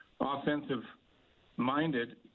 offensive-minded